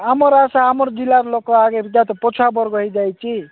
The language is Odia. ଆମର ଆଶା ଆମର ଜିଲ୍ଲାର ଲୋକ ଆଗକୁ ଯାଉ ତ ପଛୁଆ ବର୍ଗ ହୋଇଯାଇଛି